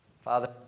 Father